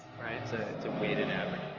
it's ah it's a weighted average.